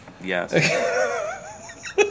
Yes